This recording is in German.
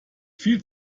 viel